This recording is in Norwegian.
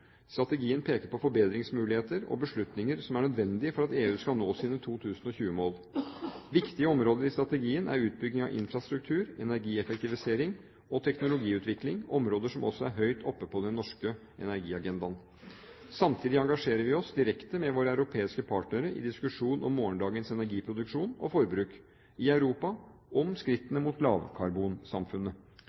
Strategien peker på forbedringsmuligheter og beslutninger som er nødvendige for at EU skal nå sine 2020-mål. Viktige områder i strategien er utbygging av infrastruktur, energieffektivisering og teknologiutvikling, områder som også er høyt oppe på den norske energiagendaen. Samtidig engasjerer vi oss direkte med våre europeiske partnere i diskusjonen om morgendagens energiproduksjon og -forbruk i Europa, om skrittene mot lavkarbonsamfunnet.